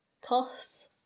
costs